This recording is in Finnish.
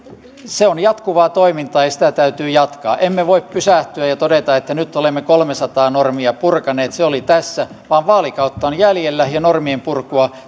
on jatkuvaa toimintaa ja sitä täytyy jatkaa emme voi pysähtyä ja todeta että nyt olemme kolmesataa normia purkaneet ja se oli tässä vaan vaalikautta on jäljellä ja normienpurkua